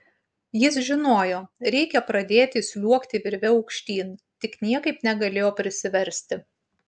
jis žinojo reikia pradėti sliuogti virve aukštyn tik niekaip negalėjo prisiversti